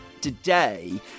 Today